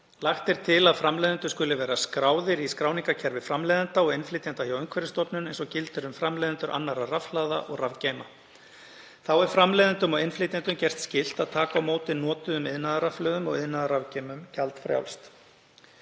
Lagt er til að framleiðendur skuli vera skráðir í skráningarkerfi framleiðenda og innflytjenda hjá Umhverfisstofnun eins og gildir um framleiðendur annarra rafhlaða og rafgeyma. Þá er framleiðendum og innflytjendum gert skylt að taka á móti notuðum iðnaðarrafhlöðum og iðnaðarrafgeymum gjaldfrjálst.